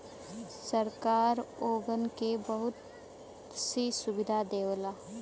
सरकार ओगन के बहुत सी सुविधा देवला